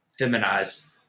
feminize